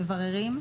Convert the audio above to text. מבררים,